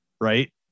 right